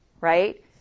Right